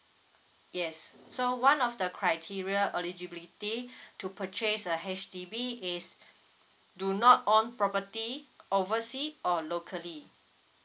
yes so one of the criteria eligibility to purchase a H_D_B is do not own property oversea or locally